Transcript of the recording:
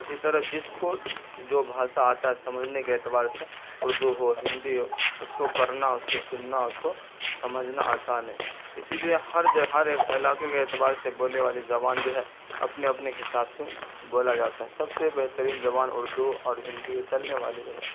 اسی طرح جس کو جو بھاشا آتا ہے سمجھنے کے اعتبار سے اردو ہو ہندی ہو اس کو کرنا اس کو سننا اس کو سمجھنا آسان ہے اسی لیے ہر جگہ ہر ایک علاقے کے اعتبار سے بولے والی زبان جو ہے اپنے اپنے حساب سے بولا جاتا ہے سب سے بہترین زبان اردو اور ہندی چلنے والی زبا